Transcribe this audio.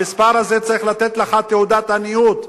המספר הזה צריך לתת לך תעודת עניות,